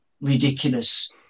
ridiculous